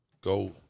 go